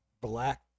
black